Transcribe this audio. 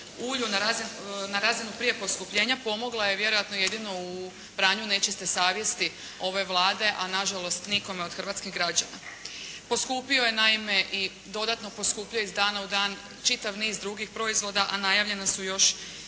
ulju na razinu prije poskupljenja pomogla je vjerojatno u pranju nečiste savjesti ove Vlade a nažalost nikome od hrvatskih građana. Poskupio je naime i dodatno poskupljuje iz dana u dan čitav niz drugih proizvoda a najavljena su još